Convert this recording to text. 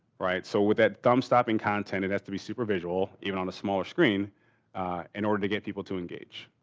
right? so with that thumb stopping content it has to be super visual even on a smaller screen in order to get people to engage.